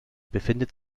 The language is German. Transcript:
befindet